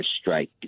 strike